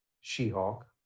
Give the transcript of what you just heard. She-Hulk